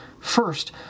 First